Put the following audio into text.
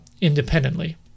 independently